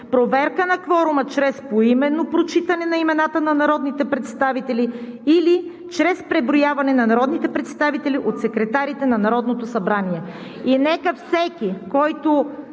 проверка на кворума чрез поименно прочитане на имената на народните представители или чрез преброяване на народните представители от секретарите на Народното събрание“. И нека всеки, който